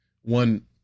one